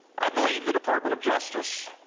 i believe the department of justice,